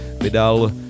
Vydal